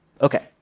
Okay